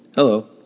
Hello